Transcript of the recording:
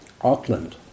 Auckland